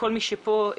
על